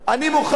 אני מוכן,